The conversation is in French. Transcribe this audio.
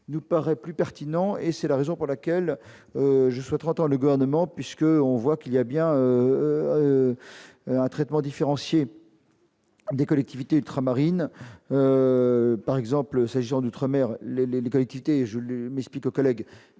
nous paraît plus pertinent et c'est la raison pour laquelle je souhaiterais entend le gouvernement puisse. On voit qu'il y a bien un traitement différencié. Des collectivités ultramarines par exemple s'agissant d'outre-mer, les les collectivités le mais collègues